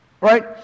Right